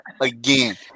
again